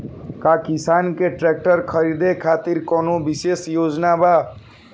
का किसान के ट्रैक्टर खरीदें खातिर कउनों विशेष योजना बा?